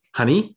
honey